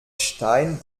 stein